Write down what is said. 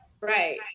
Right